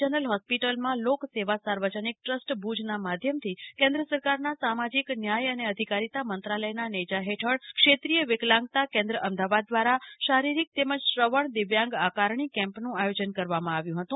general હોસ્પિટલમાંલોકસેવા સાર્વજનિક trust ભુજનાં માધ્યમથી કેન્દ્ર સરકારના સામાજિક ન્યાય અને અધિકારીતા મંત્રાલયના નેજા હેઠળ ક્ષેત્રિય વિકલાંગતા કેન્દ્ર અમદાવાદ દ્વારા શારીરિક તેમજ શ્રવણ દિવ્યાંગ આકારણી કેમ્પનું આયોજન કરવામાં આવ્યું હતું